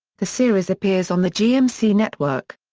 the series appears on the gmc network.